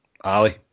Ali